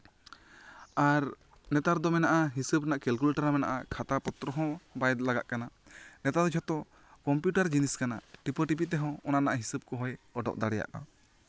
ᱟᱨ ᱱᱮᱛᱟᱨ ᱫᱚ ᱢᱮᱱᱟᱜᱼᱟ ᱦᱤᱥᱟᱹᱵ ᱨᱮᱱᱟᱜ ᱠᱮᱞᱠᱩᱞᱮᱴᱟᱨ ᱦᱚᱸ ᱢᱮᱱᱟᱜᱼᱟ ᱠᱷᱟᱛᱟ ᱯᱚᱛᱨᱚ ᱦᱚᱸ ᱵᱟᱭ ᱞᱟᱜᱟᱜ ᱠᱟᱱᱟ ᱱᱮᱛᱟᱨ ᱫᱚ ᱡᱷᱚᱛᱚ ᱠᱚᱢᱯᱤᱭᱩᱴᱟᱨ ᱡᱤᱱᱤᱥ ᱠᱟᱱᱟ ᱴᱤᱯᱟᱹᱴᱤᱯᱤ ᱛᱮᱦᱚᱸ ᱚᱱᱟ ᱨᱮᱱᱟᱜ ᱦᱤᱥᱟᱹᱵ ᱠᱚᱦᱚᱸᱭ ᱚᱰᱚᱜ ᱫᱟᱲᱮᱭᱟᱜᱼᱟ